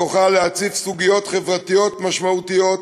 בכוחה להציף סוגיות חברתיות משמעותיות,